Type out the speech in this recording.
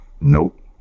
nope